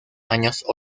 años